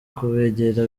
kubegera